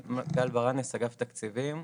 אני גל ברנס מאגף התקציבים.